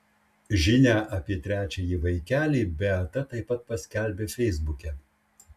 žinią apie trečiąjį vaikelį beata taip pat paskelbė feisbuke